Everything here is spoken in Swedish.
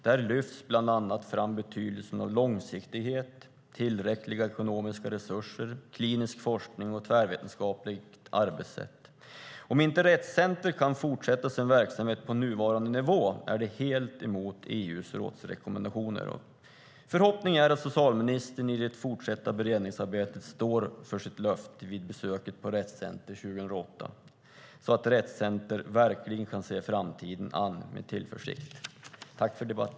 Där lyfts bland annat betydelsen av långsiktighet, tillräckliga ekonomiska resurser, klinisk forskning och ett tvärvetenskapligt arbetssätt fram. Om inte Rett Center kan fortsätta sin verksamhet på nuvarande nivå är det helt emot EU:s rådsrekommendationer. Förhoppningen är att socialministern i det fortsatta beredningsarbetet står fast vid sitt löfte vid besöket på Rett Center 2008 så att Rett Center verkligen kan se framtiden an med tillförsikt.